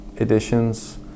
editions